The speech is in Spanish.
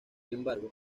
embargo